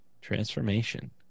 transformation